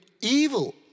evil